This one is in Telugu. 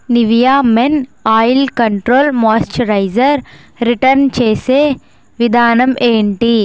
Nivea men oil control moisturiser return చేసే విధానం ఏంటి